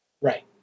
Right